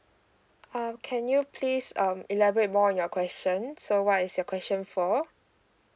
uh can you please um elaborate more on your questions so what is your question for